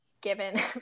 given